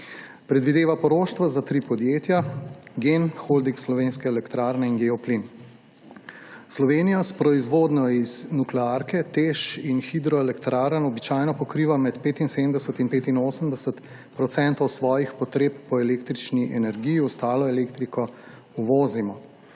Predvideva poroštvo za tri podjetja: GEN, Holding Slovenske elektrarne in Geoplin. Slovenija s proizvodnjo iz nuklearke, TEŠ in hidroelektrarn običajno pokriva med 75 in 85 % svojih potreb po električni energiji, ostalo elektriko uvozimo.